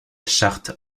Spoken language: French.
charte